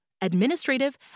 administrative